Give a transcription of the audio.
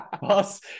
boss